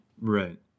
Right